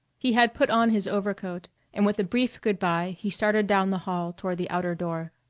he had put on his overcoat, and with a brief good-by he started down the hall toward the outer door.